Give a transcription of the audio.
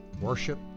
worship